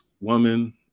woman